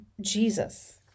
Jesus